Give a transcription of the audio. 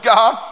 God